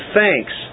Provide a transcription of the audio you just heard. thanks